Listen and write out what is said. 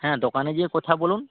হ্যাঁ দোকানে যেয়ে কথা বলুন